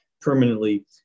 permanently